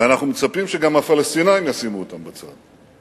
ואנחנו מצפים שגם הפלסטינים ישימו אותם בצד.